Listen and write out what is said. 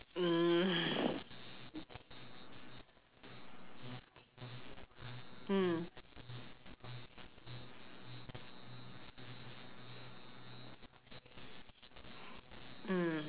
mm mm mm